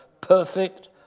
perfect